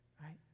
right